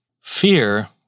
Fear